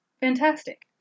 Fantastic